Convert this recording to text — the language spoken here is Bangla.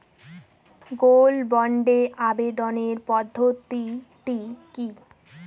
গোল্ড বন্ডে আবেদনের পদ্ধতিটি কি?